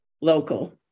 local